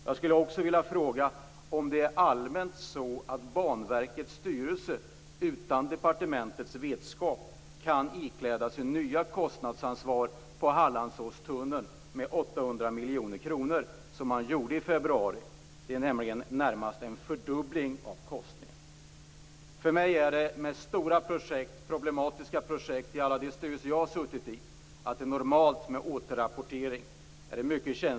Jag skulle också vilja fråga om det allmänt är så att Banverkets styrelse, utan departementets vetskap, kan ikläda sig nya kostnadsansvar för Hallandsåstunneln med 800 miljoner kronor, som man gjorde i februari. Det är nämligen närmast en fördubbling av kostnaden. När det gäller stora och problematiska projekt är det i alla de styrelser som jag har suttit i normalt med återrapportering även till ägaren.